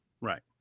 Right